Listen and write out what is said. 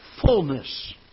Fullness